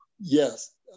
Yes